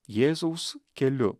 jėzaus keliu